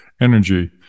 energy